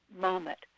moment